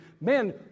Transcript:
Man